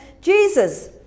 Jesus